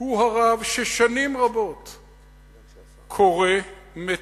הוא הרב ששנים רבות קורא, מטיף,